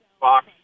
box